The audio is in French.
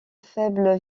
faible